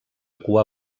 cua